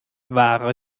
wahre